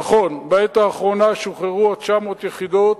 נכון, בעת האחרונה שוחררו עוד 900 יחידות,